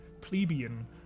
plebeian